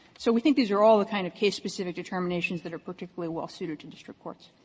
so we think these are all the kind of case-specific determinations that are particularly well-suited to district courts.